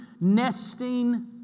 nesting